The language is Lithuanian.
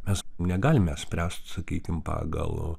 mes negalime spręst sakykim pagal